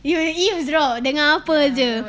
you eavesdrop dengar apa jer